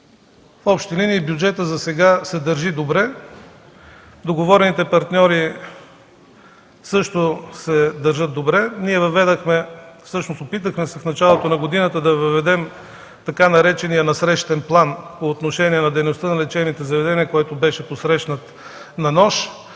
в общи линии бюджетът засега се държи добре. Договорените партньори също се държат добре. Ние въведохме, всъщност опитахме се в началото на годината да въведем така наречения „насрещен план” по отношение на дейността на лечебните заведения, който беше посрещнат на нож,